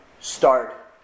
start